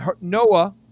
Noah